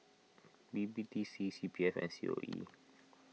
B B D C C P F and C O E